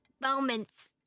moments